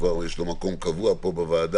כבר יש לו מקום קבוע פה בוועדה.